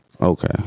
Okay